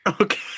Okay